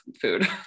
food